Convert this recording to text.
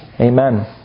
Amen